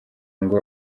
ngo